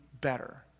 better